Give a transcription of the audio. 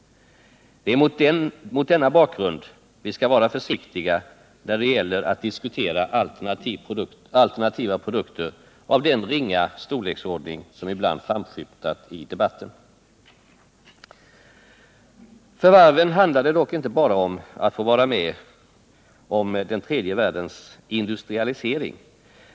Det är mot denna bakgrund vi skall vara försiktiga då det gäller att diskutera alternativa produkter av den ringa storleksordning som ibland framskymtat i debatten. För varven handlar det dock inte bara om att få vara med om den tredje världens industrialisering.